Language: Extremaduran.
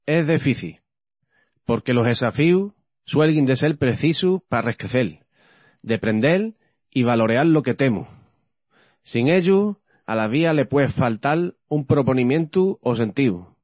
Es defíci, porque los esafíus suelguin de sel precisus pa rescrecel, deprendel i valoreal lo que temus; sin ellus, ala vía le pué faltal un proponimientu o sentíu.